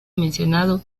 mencionado